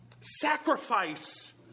sacrifice